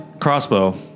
Crossbow